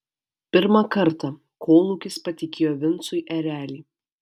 pirmą kartą kolūkis patikėjo vincui erelį